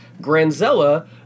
Granzella